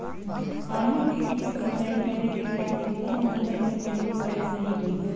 आलू के खेत सिंचाई करे के खातिर कौन मोटर के प्रयोग कएल सही होई?